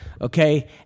Okay